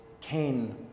Cain